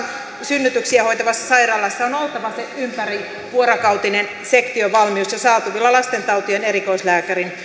synnytyksiä hoitavassa sairaalassa on oltava ympärivuorokautinen sektiovalmius ja saatavilla lastentautien erikoislääkärin